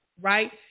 right